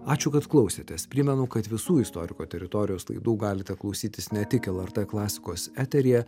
ačiū kad klausėtės primenu kad visų istoriko teritorijos laidų galite klausytis ne tik lrt klasikos eteryje